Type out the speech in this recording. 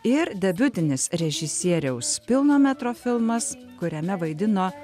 ir debiutinis režisieriaus pilno metro filmas kuriame vaidino